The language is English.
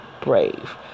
brave